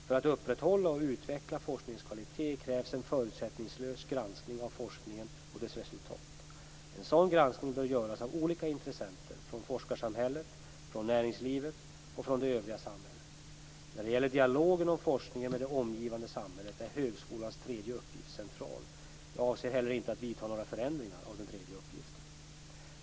För att upprätthålla och utveckla forskningens kvalitet krävs en förutsättningslös granskning av forskningen och dess resultat. En sådan granskning bör göras av olika intressenter från forskarsamhället, från näringslivet och från det övriga samhället. När det gäller dialogen om forskningen med det omgivande samhället är högskolans tredje uppgift central. Jag avser inte heller att vidta några förändringar av den tredje uppgiften.